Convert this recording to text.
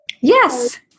Yes